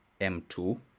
m2